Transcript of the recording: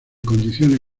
condiciones